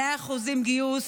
100% גיוס,